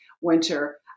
winter